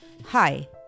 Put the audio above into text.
Hi